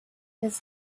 his